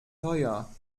teuer